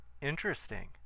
interesting